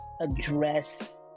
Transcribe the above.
address